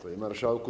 Panie Marszałku!